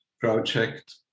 project